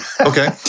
Okay